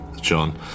john